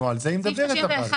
אבל היא מדברת על זה.